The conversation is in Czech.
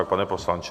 Pane poslanče?